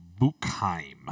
Buchheim